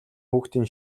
хүүхдийн